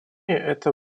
это